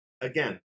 again